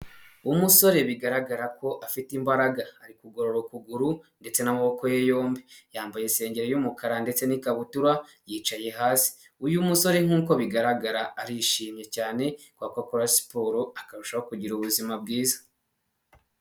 Umusore bigaragara ko afite imbaraga ari kugorora ukuguru ndetse n'amaboko ye yombi, yambaye isengeri y'umukara ndetse n'ikabutura yicaye hasi. Uyu musore nk'uko bigaragara arishimye cyane kubera ko akora siporo akarushaho kugira ubuzima bwiza.